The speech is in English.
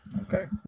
Okay